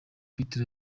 hitler